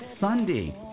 Sunday